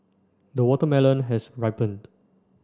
the watermelon has ripened